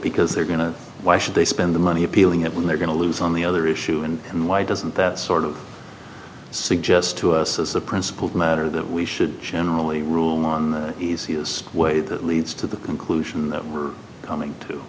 because they're going to why should they spend the money appealing it when they're going to lose on the other issue and why doesn't that sort of suggest to us as a principled matter that we should generally rule on the easiest way that leads to the conclusion that we're coming